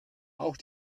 auch